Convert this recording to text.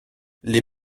les